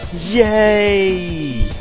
Yay